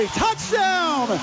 touchdown